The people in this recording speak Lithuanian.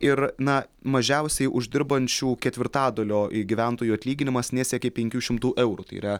ir na mažiausiai uždirbančių ketvirtadalio gyventojų atlyginimas nesiekė penkių šimtų eurų tai yra